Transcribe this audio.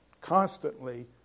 constantly